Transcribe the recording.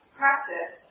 practice